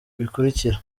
bikurikira